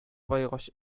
баегач